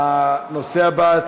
הנושא הבא,